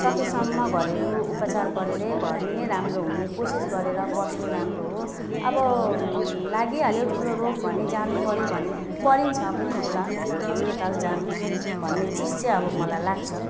सकेसम्म घरेलु उपचार गरेरै घरमा नै राम्रो हुने कोसिस गरेर बस्नु राम्रो हो अब लागिहाल्यो ठुलो रोग भने जानुपऱ्यो भने परिन्छ पनि होला हस्पिटल जानु भन्ने चिज चाहिँ अब मलाई लाग्छ